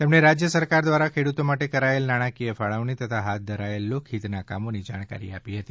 તેમણે રાજ્ય સરકાર દ્વારા ખેડૂતો માટે કરાયેલી નાણાંકીય ફાળવણી તથા હાથ ધરાયેલી લોકહિતના કામોની જાણકારી આપી હતી